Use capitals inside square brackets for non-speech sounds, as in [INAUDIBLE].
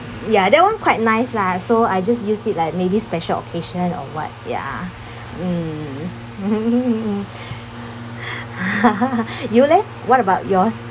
ya that one quite nice lah so I just use it like maybe special occasion or what ya mm [NOISE] you leh what about yours